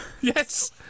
Yes